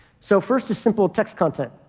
so first is simple text content.